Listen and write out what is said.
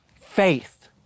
faith